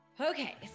Okay